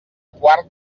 quart